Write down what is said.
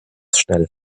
schnell